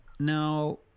now